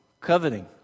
coveting